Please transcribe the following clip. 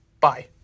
bye